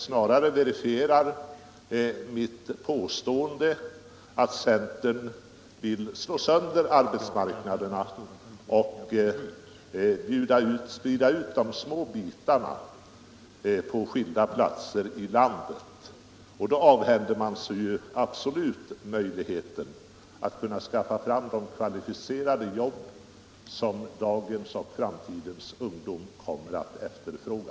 Snarare verifierar han mitt påstående att centern vill slå sönder arbetsmarknaderna och sprida ut de små bitarna på skilda platser i landet. Då avhänder man sig möjligheten att skaffa fram de kvalificerade jobb som dagens och framtidens ungdom kommer att efterfråga.